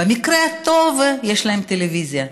במקרה הטוב יש להם טלוויזיה,